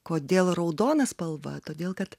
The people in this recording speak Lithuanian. kodėl raudona spalva todėl kad